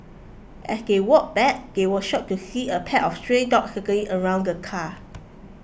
as they walked back they were shocked to see a pack of stray dogs circling around the car